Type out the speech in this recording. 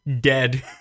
dead